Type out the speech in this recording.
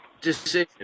Decision